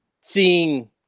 seeing